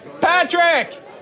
Patrick